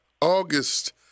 August